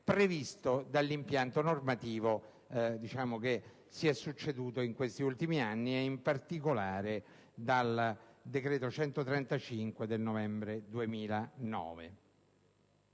previsto dall'impianto normativo che si è succeduto in questi ultimi anni, e in particolare dal decreto-legge 25settembre 2009,